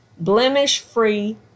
blemish-free